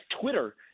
Twitter